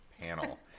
panel